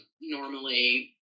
normally